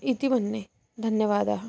इति मन्ये धन्यवादाः